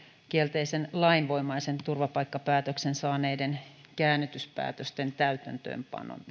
kielteisen lainvoimaisen turvapaikkapäätöksen saaneiden käännytyspäätösten täytäntöön